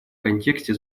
контексте